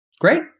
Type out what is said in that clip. Great